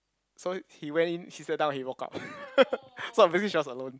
so he went in he sat down he walked out so obviously she was alone